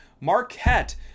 Marquette